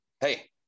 Hey